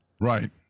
Right